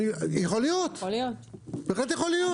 יכול להיות, בהחלט יכול להיות.